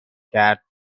کرد